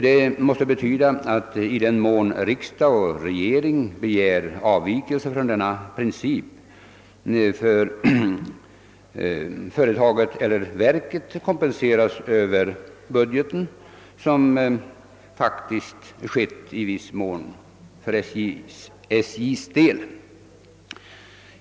Detta måste medföra att avvikelser från denna princip i den mån riksdag och regering begär sådana för ett företag eller ett verk skall kompenseras över budgeten. Så sker faktiskt också i viss mån beträffande SJ.